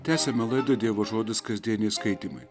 tęsiame laidą dievo žodis kasdieniai skaitymai